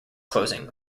closing